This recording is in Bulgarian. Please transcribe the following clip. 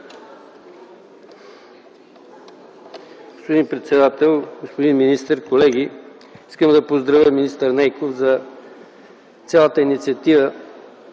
Господин председател, господин министър, колеги! Искам да поздравя министър Нейков за цялата инициатива